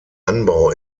anbau